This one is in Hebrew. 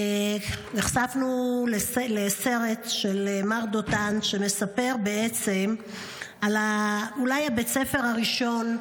נחשפנו לסרט של מר דותן שמספר על אולי בית הספר הראשון.